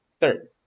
Third